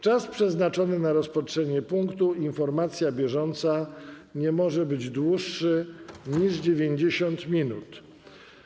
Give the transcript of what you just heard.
Czas przeznaczony na rozpatrzenie punktu: Informacja bieżąca nie może być dłuższy niż 90 minut.